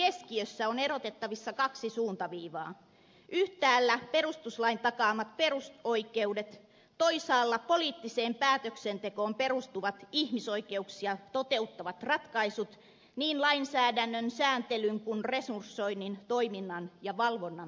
kansallisen ihmisoikeuskeskustelun keskiössä on erotettavissa kaksi suuntaviivaa yhtäällä perustuslain takaamat perusoikeudet toisaalla poliittiseen päätöksentekoon perustuvat ihmisoikeuksia toteuttavat ratkaisut niin lainsäädännön sääntelyn kuin myös resursoinnin toiminnan ja valvonnan tasolla